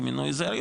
כמינוי זר,